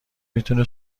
میتونه